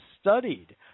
studied